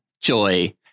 joy